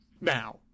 now